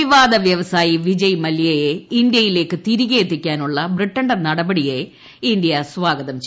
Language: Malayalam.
പിവാദ വൃവസായി വിജയ് മലൃയെ ഇന്തൃയിലേക്ക് തിരികെ എത്തിക്കാനുള്ള ബ്രിട്ടന്റെ നടപടിയെ ഇന്ത്യ സ്വാഗതം ചെയ്തു